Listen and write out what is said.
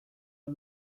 are